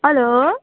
hello